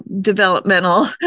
developmental